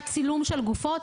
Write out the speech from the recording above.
היה צילום של גופות.